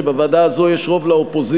שבוועדה הזו יש רוב לאופוזיציה,